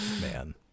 Man